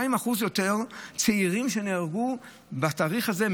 יש 200% יותר צעירים שנהרגו בתאריך הזה,